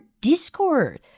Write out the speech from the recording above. discord